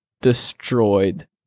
destroyed